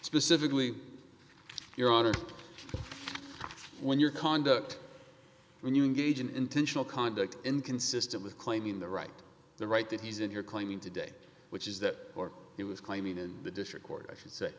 specifically your honor when your conduct when you engage in intentional conduct inconsistent with claiming the right the right that he's in you're claiming today which is that or he was claiming in the district court i should say